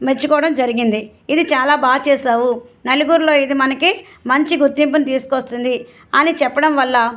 మెచ్చుకోవడం జరిగింది ఇది చాలా బాగా చేశావు నలుగురిలో ఇది మనకి మంచి గుర్తింపుని తీసుకొస్తుంది అని చెప్పడం వల్ల